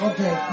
Okay